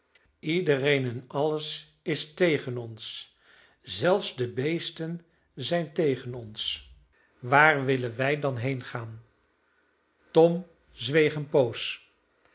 iedereen en alles is tegen ons zelfs de beesten zijn tegen ons waar willen wij dan henengaan tom zweeg een poos